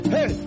Hey